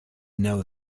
know